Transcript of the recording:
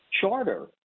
charter